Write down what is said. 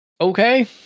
Okay